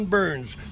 Burns